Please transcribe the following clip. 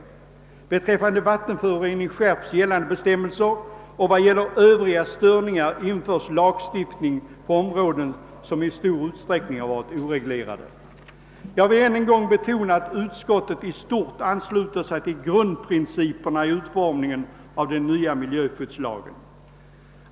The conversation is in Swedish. Beträffande vattenförorening skärps gällande bestämmelser, och vad gäller övriga störningar införs lagstiftning på områden som i stor utsträckning har varit oreglerade. Jag vill än en gång betona att utskottet i stort ansluter sig till grundprinciperna i utformningen av den nya miljöskyddslagen.